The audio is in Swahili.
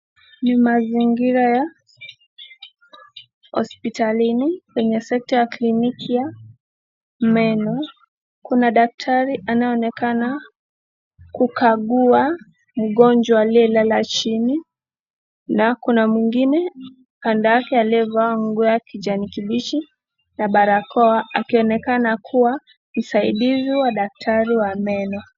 Ni mazingira ya hospitalini kwenye sekta ya kliniki ya meno, kuna daktari anayeoonekana kukagua mgonjwa aliyelala chini na kuna mwingine kando yake aliyevaa nguo ya kijani kibichi na barakoa, akionekana kuwa msaidizi wa daktari wa meno.